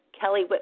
Kelly